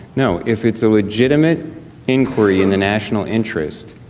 no. if it's a legitimate inquiry in the national interest,